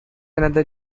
another